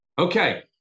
Okay